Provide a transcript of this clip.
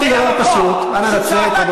המקום שלך, לא יושב-ראש בכנסת.